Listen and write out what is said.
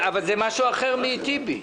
אבל זה משהו אחר מבקשת הרוויזיה של חבר הכנסת טיבי.